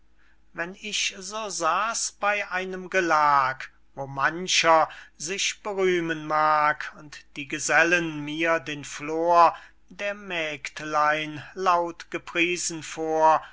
wenn ich saß bey einem gelag wo mancher sich berühmen mag und die gesellen mir den flor der mägdlein laut gepriesen vor